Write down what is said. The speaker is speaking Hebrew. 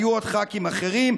היו ח"כים אחרים,